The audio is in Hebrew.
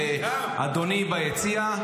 ואדוני ביציע,